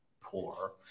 poor